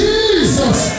Jesus